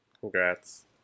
Congrats